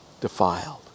defiled